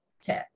tip